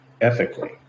ethically